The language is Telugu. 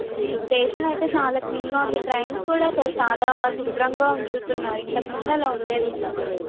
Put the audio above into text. స్టేషన్ అయితే చాలా క్లీన్గా ఉంది ట్రైన్స కూడా అసలు చాలా శుభ్రంగా ఉంచుతున్నారు ఇంతకు ముందు అలా ఉండేది కాదు